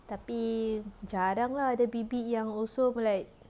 tapi jarang lah ada bibik yang also like